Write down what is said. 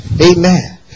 Amen